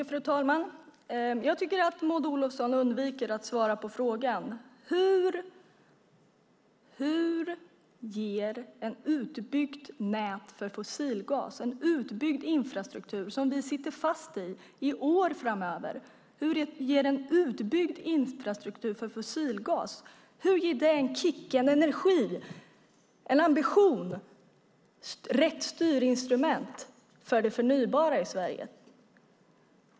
Fru talman! Jag tycker att Maud Olofsson undviker att svara på frågan: Hur ger ett utbyggt nät för fossilgas, en utbyggd infrastruktur för fossilgas som vi sitter fast i år framöver, en kick, energi, en ambition, rätt styrinstrument för det förnybara i Sverige?